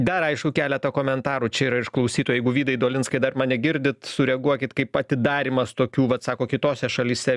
dar aišku keletą komentarų čia yra iš klausytojų jeigu vydai dolinskai dar mane girdit sureaguokit kaip atidarymas tokių vat sako kitose šalyse